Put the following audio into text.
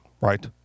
right